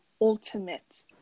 ultimate